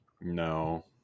No